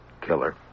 Killer